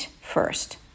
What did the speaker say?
first